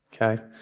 okay